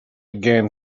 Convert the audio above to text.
again